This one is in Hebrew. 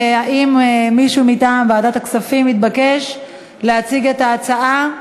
האם מישהו מטעם ועדת הכספים התבקש להציג את ההצעה?